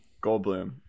goldblum